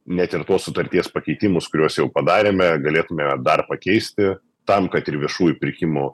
net ir tuos sutarties pakeitimus kuriuos jau padarėme galėtume dar pakeisti tam kad ir viešųjų pirkimų